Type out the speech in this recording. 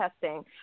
testing